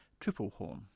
Triplehorn